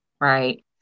right